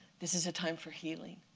this is a time for healing.